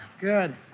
Good